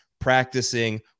practicing